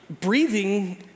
breathing